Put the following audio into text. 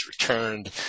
returned